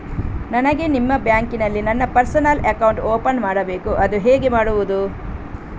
ನನಗೆ ನಿಮ್ಮ ಬ್ಯಾಂಕಿನಲ್ಲಿ ನನ್ನ ಪರ್ಸನಲ್ ಅಕೌಂಟ್ ಓಪನ್ ಮಾಡಬೇಕು ಅದು ಹೇಗೆ ಮಾಡುವುದು?